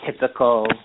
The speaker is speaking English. typical